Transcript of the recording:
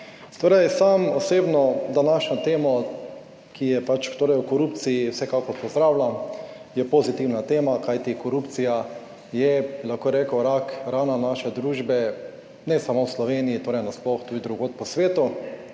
Torej, sam osebno današnjo temo, ki je, torej o korupciji vsekakor pozdravljam, je pozitivna tema, kajti korupcija je, bi lahko rekel, rak rana naše družbe, ne samo v Sloveniji, torej nasploh tudi drugod po svetu.